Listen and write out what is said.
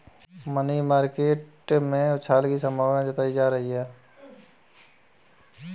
money market में उछाल की संभावना जताई जा रही है